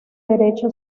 derecho